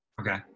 Okay